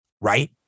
right